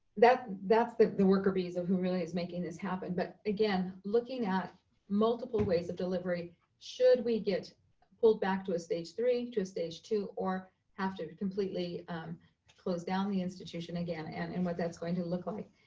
that's that's the the worker bees of who really is making this happen. but again, looking at multiple ways of delivery should we get pulled back to a stage three, to a stage two, or have to completely close down the institution again, and and what that's going to look like.